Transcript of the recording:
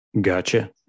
Gotcha